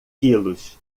quilos